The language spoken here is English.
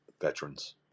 veterans